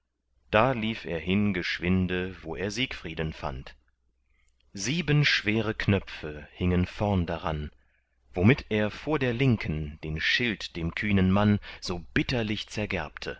da lief er hin geschwinde wo er siegfrieden fand sieben schwere knöpfe hingen vorn daran womit er vor der linken den schild dem kühnen mann so bitterlich zergerbte